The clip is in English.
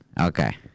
Okay